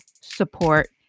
support